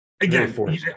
again